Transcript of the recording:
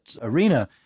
arena